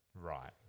Right